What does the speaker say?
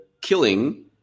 killing